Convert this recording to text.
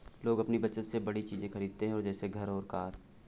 लोग अपनी बचत से बड़ी चीज़े खरीदते है जैसे घर और कार